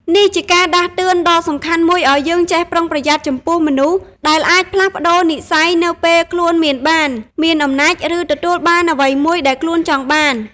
នេះជាការដាស់តឿនដ៏សំខាន់មួយឲ្យយើងចេះប្រុងប្រយ័ត្នចំពោះមនុស្សដែលអាចផ្លាស់ប្តូរនិស្ស័យនៅពេលខ្លួនមានបាន មានអំណាច ឬទទួលបានអ្វីមួយដែលខ្លួនចង់បាន។